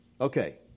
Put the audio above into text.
Okay